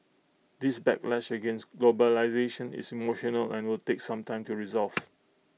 this backlash against globalisation is emotional and will take some time to resolve